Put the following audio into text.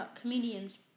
comedians